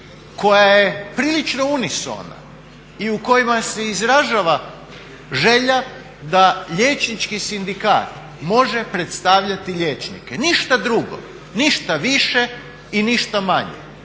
koja je prilično unisona i u kojoj se izražava želja da liječnički sindikat može predstavljati liječnike, ništa drugo. Ništa više i ništa manje.